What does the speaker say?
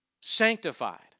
sanctified